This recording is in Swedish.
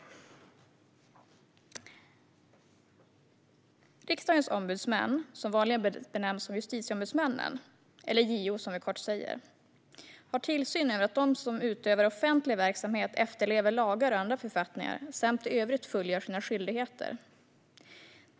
Riksdagens ombudsmän, som vanligen benämns justitieombudsmännen eller JO, som vi kort säger, har tillsyn över att de som utövar offentlig verksamhet efterlever lagar och andra författningar samt i övrigt fullgör sina skyldigheter.